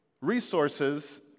resources